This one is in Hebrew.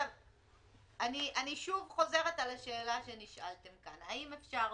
אני שוב חוזרת על השאלה שנשאלתם כאן: האם אפשר,